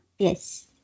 Yes